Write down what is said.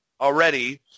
already